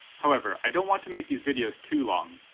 however, i don't want to make these videos too long,